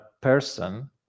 person